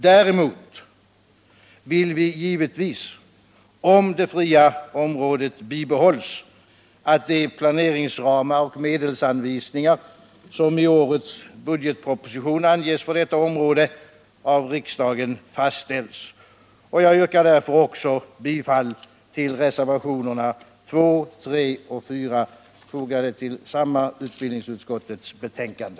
Däremot vill vi givetvis, om det fria området bibehålls, att de planeringsramar och medelsanvisningar som i årets budgetproposition anges för detta område av riksdagen fastställs. Jag yrkar därför också bifall till reservationerna 2, 3 och 4, fogade till samma utbildningsutskottets betänkande.